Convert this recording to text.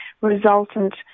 resultant